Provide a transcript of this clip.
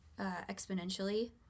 exponentially